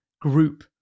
group